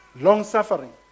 long-suffering